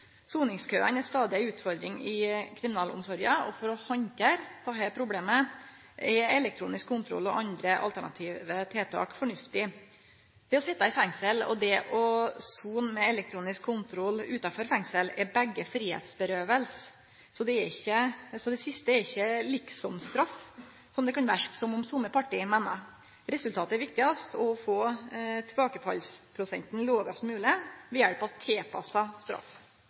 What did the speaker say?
er stadig ei ufordring i kriminalomsorga, og for å handtere dette problemet er elektronisk kontroll og andre alternative tiltak fornuftig. Både det å sitje i fengsel og det å sone med elektronisk kontroll utanfor eit fengsel er tap av fridom. Det siste er ikkje ei liksomstraff, som det kan verke som om somme parti meiner. Resultatet er viktigast: å få tilbakefallsprosenten lågast mogleg ved hjelp av tilpassa straff.